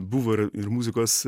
buvo ir ir muzikos